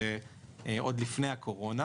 זה עוד לפני הקורונה,